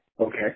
Okay